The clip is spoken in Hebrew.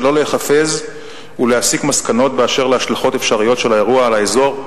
שלא להיחפז ולהסיק מסקנות באשר להשלכות אפשריות של האירוע על האזור,